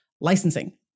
licensing